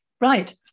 Right